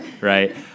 right